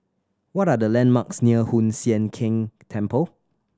what are the landmarks near Hoon Sian Keng Temple